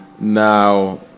Now